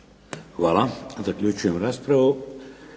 Hvala. Zaključujem raspravu.